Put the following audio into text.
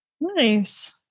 Nice